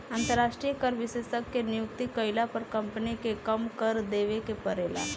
अंतरास्ट्रीय कर विशेषज्ञ के नियुक्ति कईला पर कम्पनी के कम कर देवे के परेला